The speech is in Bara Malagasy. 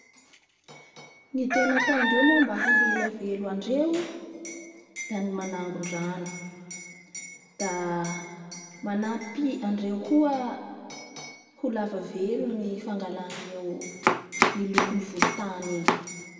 Ny tena ataondreo moa mba haha ela velo andreo da ny manango ndrano da manampy andreo koa ho lava velo ny fanagala ndreo ny lokon'ny volotany igny.